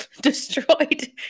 destroyed